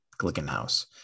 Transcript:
Glickenhaus